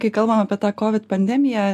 kai kalbam apie tą covid pandemiją